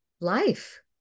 life